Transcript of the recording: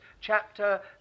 chapter